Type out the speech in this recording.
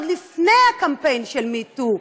עוד לפני הקמפיין של metoo.